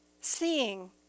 seeing